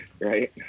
Right